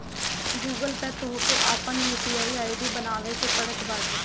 Google Pay पअ तोहके आपन यू.पी.आई आई.डी बनावे के पड़त बाटे